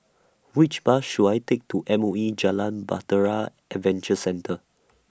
Which Bus should I Take to M O E Jalan Bahtera Adventure Centre